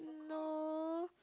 no